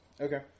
Okay